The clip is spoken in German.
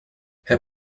herr